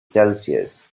celsius